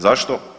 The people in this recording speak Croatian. Zašto?